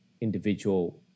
individual